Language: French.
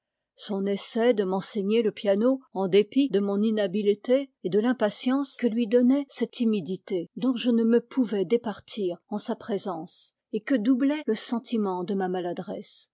son essai de m'enseigner le piano en dépit de mon inhabileté et de l'impatience que lui donnait cette timidité dont je ne me pouvais départir en sa présence et que doublait le sentiment de ma maladresse